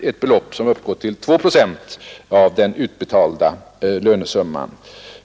Det beloppet utgår med 2 procent på den utbetalda lönesumman.